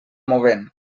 movent